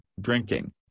drinking